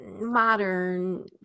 modern